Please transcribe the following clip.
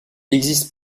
existe